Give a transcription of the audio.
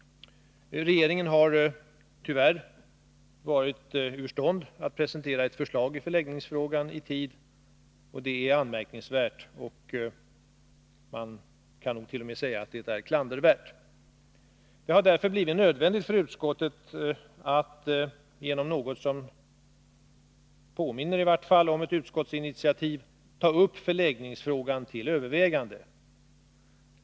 Regeringen har tyvärr varit ur stånd att presentera ett förslag i förläggningsfrågan i tid. Det är anmärkningsvärt, man kan t.o.m. säga klandervärt. Det har därför blivit nödvändigt för utskottet att, genom något som i vart fall påminner om ett utskottsinitiativ, ta upp förläggningsfrågan till övervägande.